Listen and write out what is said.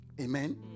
amen